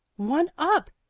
one up!